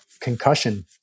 concussion